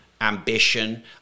ambition